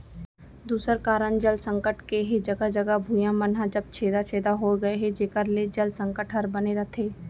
दूसर कारन जल संकट के हे जघा जघा भुइयां मन ह सब छेदा छेदा हो गए हे जेकर ले जल संकट हर बने रथे